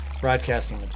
broadcasting